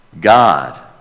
god